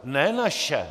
Ne naše!